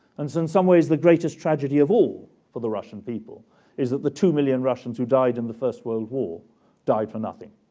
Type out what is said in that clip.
and so in some ways, the greatest tragedy of all for the russian people is that the two million russians who died in the first world war died for nothing.